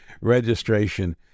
registration